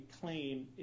claim